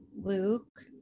Luke